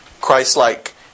Christ-like